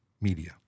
media